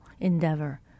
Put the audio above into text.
endeavor